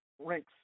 ranks